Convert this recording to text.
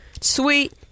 Sweet